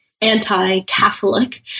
anti-Catholic